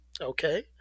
okay